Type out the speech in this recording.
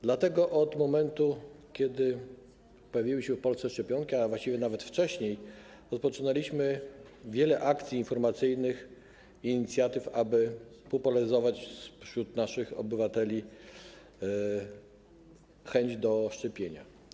Dlatego od momentu, kiedy pojawiły się w Polsce szczepionki, a właściwie nawet wcześniej, rozpoczęliśmy akcje informacyjne i podjęliśmy wiele inicjatyw, aby popularyzować wśród naszych obywateli chęć do szczepienia.